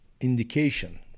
indication